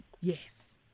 Yes